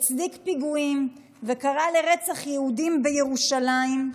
הצדיק פיגועים וקרא לרצח יהודים בירושלים,